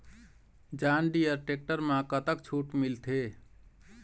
John Deere tractor म कतक छूट मिलथे?